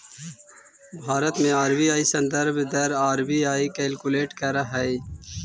भारत में आर.बी.आई संदर्भ दर आर.बी.आई कैलकुलेट करऽ हइ